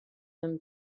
him